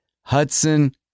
Hudson